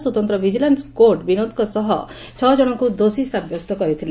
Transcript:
ସ୍ୱତନ୍ତ vigilance court ବିନୋଦଙ୍କ ସହ ଛଅଜଣଙ୍କୁ ଦୋଷୀ ସାବ୍ୟସ୍ତ କରିଥିଲେ